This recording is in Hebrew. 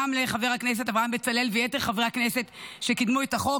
וגם לחבר הכנסת אברהם בצלאל ויתר חברי הכנסת שקידמו את החוק,